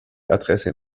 adresse